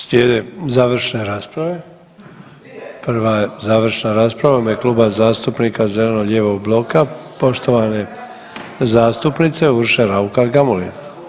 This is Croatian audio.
Slijede završne rasprave, prva završna rasprava u ime Kluba zastupnika zeleno-lijevog bloka, poštovane zastupnice Urše Raukar Gamulin.